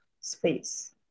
space